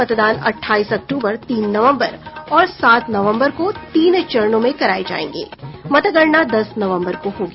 मतदान अट्ठाईस अक्टूबर तीन नवम्बर और सात नवम्बर को तीन चरणों में कराये जाएंगे मतगणना दस नवम्बर को होगी